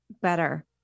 better